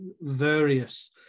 various